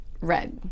Red